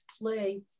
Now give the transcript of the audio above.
play